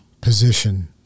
position